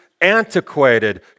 antiquated